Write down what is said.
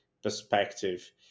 perspective